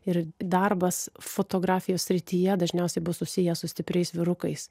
ir darbas fotografijos srityje dažniausiai bus susiję su stipriais vyrukais